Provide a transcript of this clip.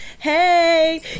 Hey